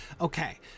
okay